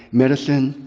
medicine,